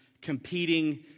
competing